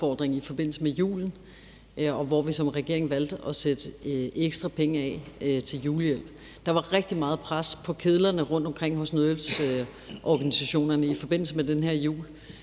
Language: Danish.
i forbindelse med julen, hvor vi som regering valgte at sætte ekstra penge af til julehjælp. Der var rigtig meget pres på kedlerne rundtomkring hos nødhjælpsorganisationerne i forbindelse med den her jul,